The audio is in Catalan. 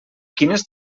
quines